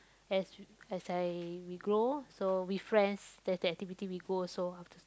as as I we grow so with friends that's the activity we go also after s~